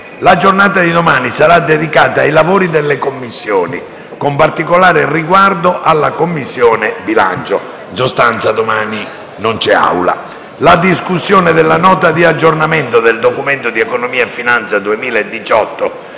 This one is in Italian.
La giornata di domani sarà dedicata ai lavori delle Commissioni, con particolare riguardo alla Commissione bilancio. La discussione della Nota di aggiornamento del Documento di economia e finanza 2018